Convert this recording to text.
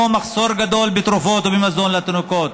מחסור גדול בתרופות ובמזון לתינוקות.